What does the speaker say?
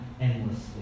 Endlessly